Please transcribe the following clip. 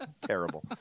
terrible